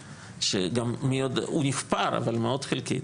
הוא נחפר אבל מאוד חלקית,